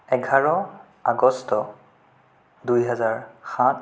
এঘাৰ আগষ্ট দুই হেজাৰ সাত